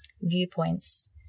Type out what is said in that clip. viewpoints